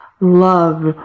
love